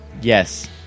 Yes